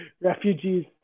refugees